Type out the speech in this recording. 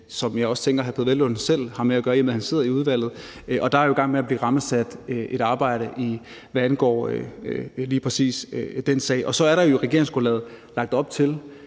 som jeg også tænker hr. Peder Hvelplund selv har noget med at gøre, i og med at han sidder i udvalget. Og et arbejde er jo i gang med at blive rammesat, hvad angår lige præcis den sag. Og så er der jo i regeringsgrundlaget lagt op til,